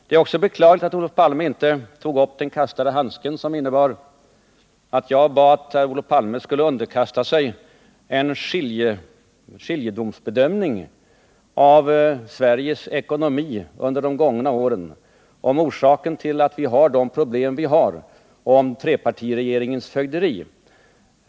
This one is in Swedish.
Det är också beklagligt att Olof Palme inte tog upp den kastade handsken, som innebar att jag bad Olof Palme att underkasta sig en skiljedomsbedömning av Sveriges ekonomi under de gångna åren, om orsaken till att vi har de problem vi har och om trepartiregeringens fögderi.